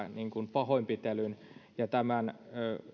pahoinpitelyä ja